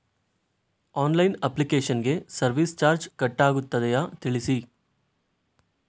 Online application ಗೆ service charge cut ಆಗುತ್ತದೆಯಾ ತಿಳಿಸಿ?